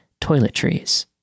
toiletries